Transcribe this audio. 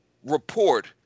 Report